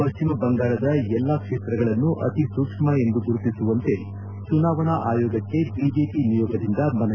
ಪಶ್ವಿಮ ಬಂಗಾಳದ ಎಲ್ಲಾ ಕ್ಷೇತ್ರಗಳನ್ನು ಅತಿಸೂಕ್ಷ್ಮ ಎಂದು ಗುರುತಿಸುವಂತೆ ಚುನಾವಣಾ ಆಯೋಗಕ್ಷೆ ಬಿಜೆಪಿ ನಿಯೋಗದಿಂದ ಮನವಿ